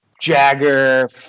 Jagger